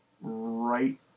Right